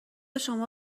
شما